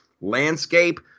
landscape